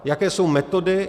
Jaké jsou metody?